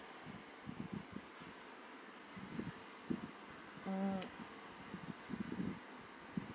mm